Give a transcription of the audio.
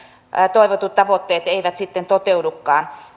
toivotut tavoitteet eivät sitten toteudukaan